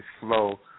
slow